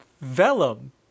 Vellum